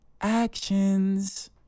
actions